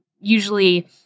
usually